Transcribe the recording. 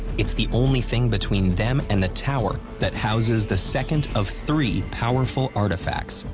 it's the only thing between them and the tower that houses the second of three powerful artifacts.